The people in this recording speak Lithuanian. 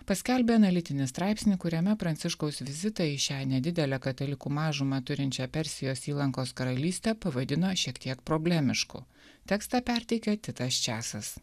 paskelbė analitinį straipsnį kuriame pranciškaus vizitą į šią nedidelę katalikų mažuma turinčią persijos įlankos karalystę pavadino šiek tiek problemišku tekstą perteikė titas češas